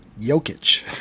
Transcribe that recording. Jokic